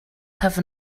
have